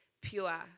pure